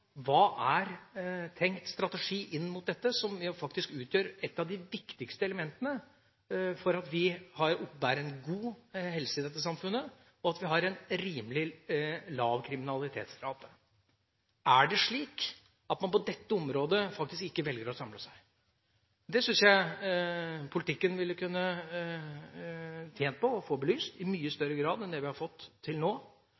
Hva er tenkt strategi inn mot dette, som jo utgjør et av de viktigste elementene for at vi oppebærer en god helse i dette samfunnet, og for at vi har en rimelig lav kriminalitetsrate? Er det slik at man på dette området faktisk ikke velger å samle seg? Dette tror jeg politikken ville tjent på å få belyst – i mye